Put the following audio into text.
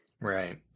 right